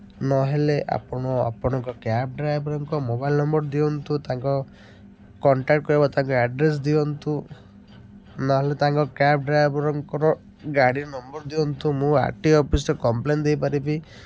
ନହେଲେ ଆପଣ ଆପଣଙ୍କ କ୍ୟାବ୍ ଡ୍ରାଇଭର୍ଙ୍କ ମୋବାଇଲ୍ ନମ୍ବର୍ ଦିଅନ୍ତୁ ତାଙ୍କ କଣ୍ଟାକ୍ଟ କରିବା ତାଙ୍କ ଆଡ଼୍ରେସ୍ ଦିଅନ୍ତୁ ନହେଲେ ତାଙ୍କ କ୍ୟାବ୍ ଡ୍ରାଇଭର୍ଙ୍କର ଗାଡ଼ି ନମ୍ବର୍ ଦିଅନ୍ତୁ ମୁଁ ଆର୍ ଟି ଓ ଅଫିସ୍ରେ କମ୍ପ୍ଲେନ୍ ଦେଇପାରିବି